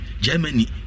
Germany